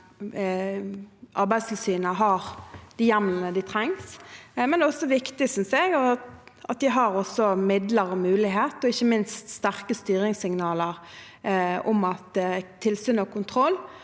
Arbeidstilsynet har de hjemlene de trenger, men det er også viktig, synes jeg, at de har midler, mulighet og ikke minst sterke styringssignaler om at tilsyn og kontroll